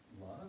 love